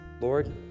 Lord